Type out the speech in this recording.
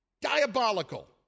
Diabolical